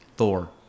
Thor